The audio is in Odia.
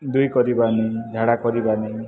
ଦୁଇ କରିବାନି ଝାଡ଼ା କରିବାନି